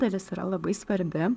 dalis yra labai svarbi